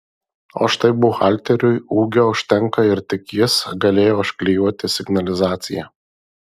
o štai buhalteriui ūgio užtenka ir tik jis galėjo užklijuoti signalizaciją